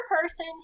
person